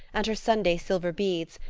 and her sunday silver beads,